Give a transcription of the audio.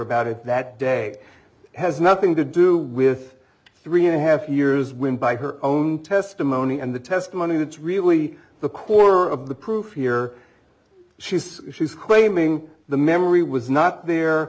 about it that day has nothing to do with three and a half years when by her own testimony and the testimony that's really the core of the proof here she says she's claiming the memory was not there